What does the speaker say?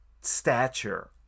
stature